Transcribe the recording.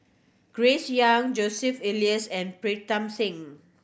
Grace Young Joseph Elias and Pritam Singh